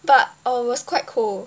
but it was quite cool